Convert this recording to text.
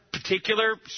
Particular